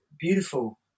beautiful